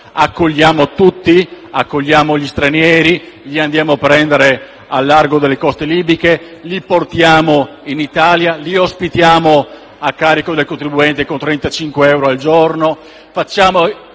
accogliamo tutti gli stranieri, li andiamo a prendere al largo delle coste libiche, li portiamo in Italia e li ospitiamo a carico dei contribuenti con 35 euro al giorno,